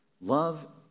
Love